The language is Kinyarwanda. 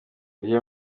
kagere